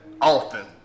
Often